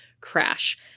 crash